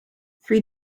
three